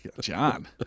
John